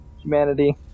humanity